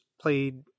played